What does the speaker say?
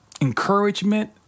encouragement